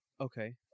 okay